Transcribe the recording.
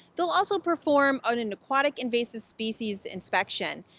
they'll also perform an an aquatic invasive species inspection.